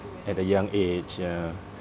at a young age ya